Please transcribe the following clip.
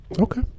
Okay